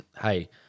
hey